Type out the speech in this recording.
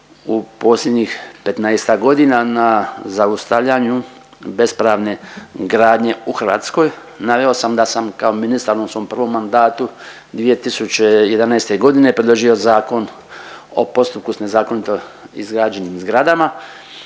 u posljednjih 15-ak godina na zaustavljanju bespravne gradnje u Hrvatskoj. Naveo sam da sam kao ministar u onom svom prvom mandatu 2011. godine predložio Zakon o postupku s nezakonito izgrađenim zgradama,